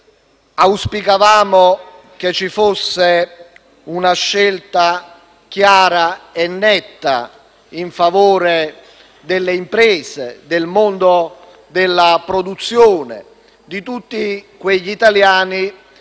Auspicavamo che ci fosse una scelta chiara e netta in favore delle imprese, del mondo della produzione, di tutti quegli italiani